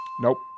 Nope